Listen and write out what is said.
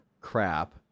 crap